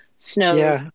Snow's